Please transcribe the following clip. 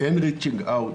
אין ריצ'ינג-אאוט,